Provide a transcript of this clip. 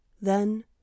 then